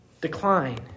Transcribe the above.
decline